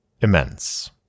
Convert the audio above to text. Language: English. immense